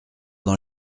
dans